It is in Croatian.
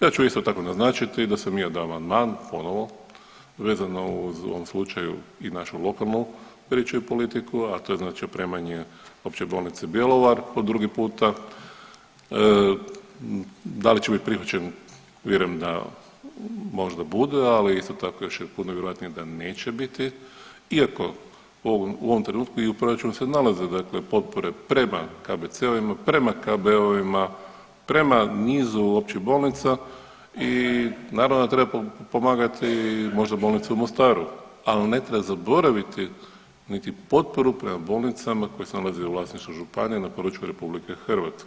Ja ću isto tako naznačiti da sam i ja dao amandman ponovo vezano uz u ovom slučaju i našu lokalnu priču i politiku, a to je znači opremanje opće bolnice Bjelovar po drugi puta da li će bit prihvaćen, vjerujem da možda bude, ali isto tako još je puno vjerojatnije da neće biti iako u ovom, u ovom trenutku i u proračunu se nalaze dakle potpore prema KBC-ovima, prema KBO-ovima, prema nizu općih bolnica i naravno da treba pomagati i možda bolnicu u Mostaru, al ne treba zaboraviti niti potporu prema bolnicama koje se nalaze u vlasništvu županija na području RH.